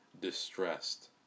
distressed